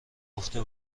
گفته